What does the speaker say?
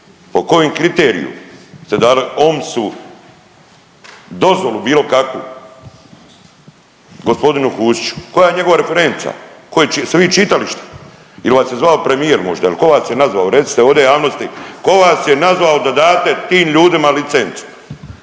po kojem kriteriju ste dali OMS-u dozvolu bilo kakvu gospodinu Husiću? Koja je njegova referenca, koji ste vi čitali išta ili vas je zvao premijer možda ili tko vas je nazvao? Recite ovdje javnosti tko vas je nazvao da date tim ljudima licencu?